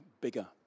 bigger